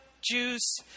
juice